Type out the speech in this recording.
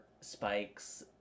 Spike's